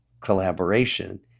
collaboration